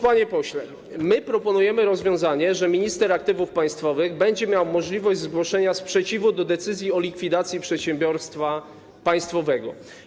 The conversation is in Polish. Panie pośle, proponujemy następujące rozwiązanie - minister aktywów państwowych będzie miał możliwość zgłoszenia sprzeciwu wobec decyzji o likwidacji przedsiębiorstwa państwowego.